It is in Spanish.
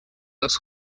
los